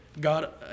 God